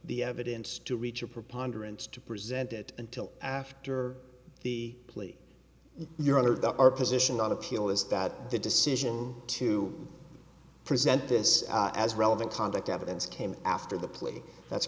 the evidence to reach a preponderance to present it until after the plea your honor the our position on appeal is that the decision to present this as relevant conduct evidence came after the plea that's